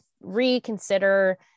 reconsider